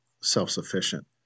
self-sufficient